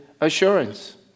assurance